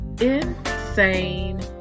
Insane